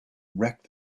wrecked